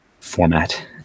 format